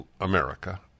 America